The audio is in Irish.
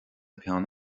peann